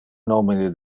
nomine